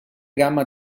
gamma